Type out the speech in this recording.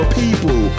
people